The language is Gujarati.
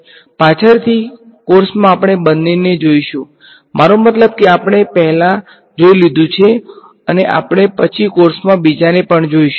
પાછળથી કોર્સમાં આપણે બંનેનો જોઈશુ મારો મતલબ કે આપણે પહેલો જોઈ લિધુ છે અને આપણે પછી કોર્સમાં બીજાને પણ જોઈશું